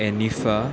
एनिफा